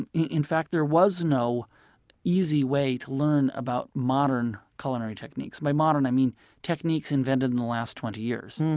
in in fact, there was no easy way to learn about modern culinary techniques. by modern, i mean techniques invented in the last twenty years.